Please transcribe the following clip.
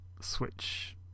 Switch